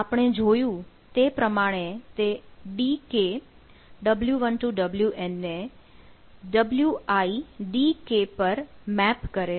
આપણે જોયું તે પ્રમાણે તે ને widk પર મેપ કરે છે